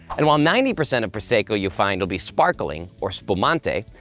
and while ninety percent of prosecco you find will be sparkling, or spumante,